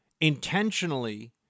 intentionally